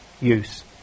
use